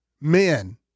men